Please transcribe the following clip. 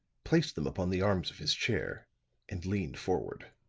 placed them upon the arms of his chair and leaned forward.